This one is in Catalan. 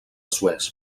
suez